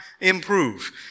improve